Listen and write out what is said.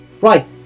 Right